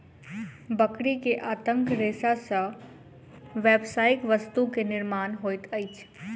बकरी के आंतक रेशा से व्यावसायिक वस्तु के निर्माण होइत अछि